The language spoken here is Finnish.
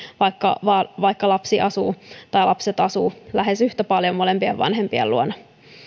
vaikka lapsi tai lapset asuvat lähes yhtä paljon molempien vanhempien luona tässä